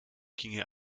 ginge